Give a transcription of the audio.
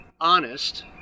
honest